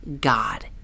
God